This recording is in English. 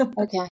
okay